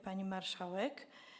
Pani Marszałek!